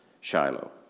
Shiloh